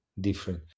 different